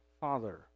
Father